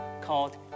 called